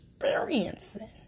Experiencing